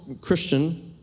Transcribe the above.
Christian